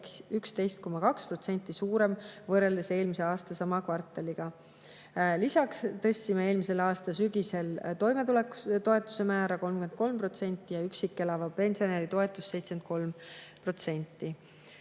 11,2% suurem võrreldes eelmise aasta sama kvartaliga. Lisaks tõstsime eelmise aasta sügisel toimetulekutoetuse määra 33% ja üksi elava pensionäri toetust 73%.